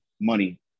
money